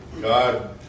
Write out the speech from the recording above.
God